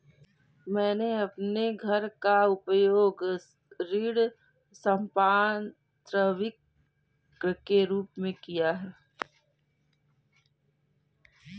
मैंने अपने घर का उपयोग ऋण संपार्श्विक के रूप में किया है